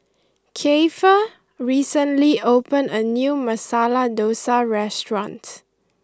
Keifer recently opened a new Masala Dosa restaurant